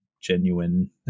genuine